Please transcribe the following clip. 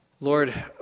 Lord